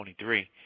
23